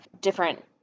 different